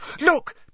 Look